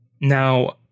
Now